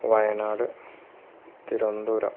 Wayanad Thiruvananthapuram